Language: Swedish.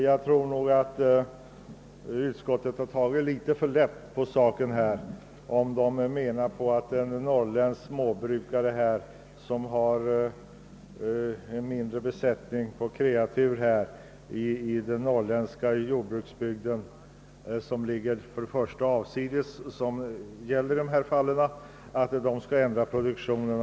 Jag tror nog att utskottet tagit litet för lätt på saken när man anser, att en norrländsk jordbrukare, vars gård ligger i en avsides jordbruksbygd och som endast har en liten kreatursbesättning, skall kunna övergå till annan produktion.